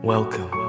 Welcome